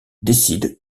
décide